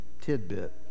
tidbit